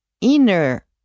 inner